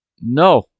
no